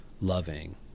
loving